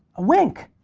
a wink.